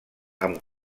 amb